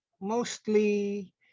mostly